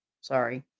sorry